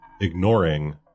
ignoring